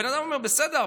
הבן אדם אומר: בסדר,